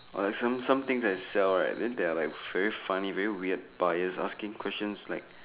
eh some some things that you sell right then there are like very funny very weird buyer asking questions like